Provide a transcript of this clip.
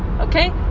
Okay